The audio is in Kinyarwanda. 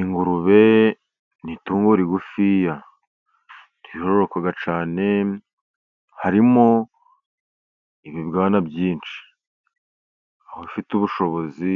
Ingurube ni itungo rigufiya, riroroka cyane, harimo ibibwana bwinshi. Aho ifite ubushobozi